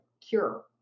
cure